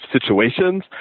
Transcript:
situations